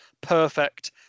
Perfect